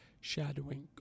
Shadowing